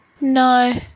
No